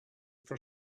for